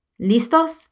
Listos